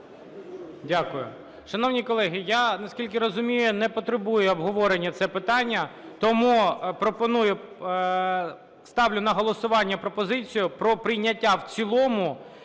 Дякую. Шановні колеги, я наскільки розумію, не потребує обговорення це питання. Тому пропоную, ставлю на голосування пропозицію про прийняття в цілому